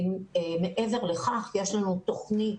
מעבר לכך יש לנו תוכנית